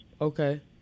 Okay